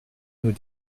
nous